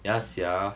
ya sia